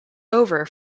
over